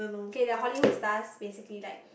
okay they're Hollywood stars basically like